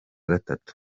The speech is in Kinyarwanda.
gatatu